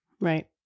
Right